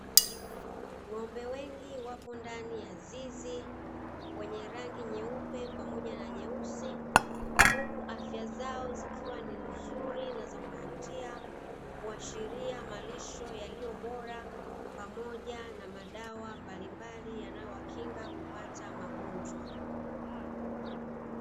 Ng'ombe wengi wapo ndani ya zizi wenye rangi nyeusi pamoja na nyeupe, huku afya zao zikiwa ni nzuri na za kuvutia kuashiria malisho yaliyobora pamoja na madawa mbalimbali yanayowakinga kupata magonjwa.